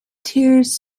tears